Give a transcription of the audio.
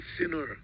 sinner